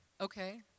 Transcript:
okay